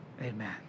Amen